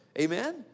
Amen